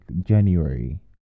January